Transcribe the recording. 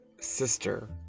sister